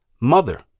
mother